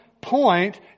point